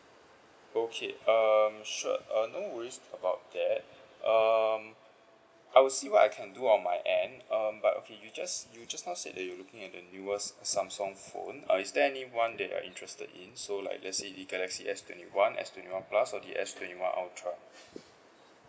okay um sure uh no worries about that um I will see what I can do on my end um but okay you just you just now said that you were looking at the newest samsung phone uh is there any one that you're interested in so like let's say the galaxy S twenty one S twenty one plus or the S twenty one ultra